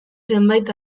zenbait